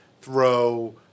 throw –